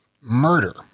murder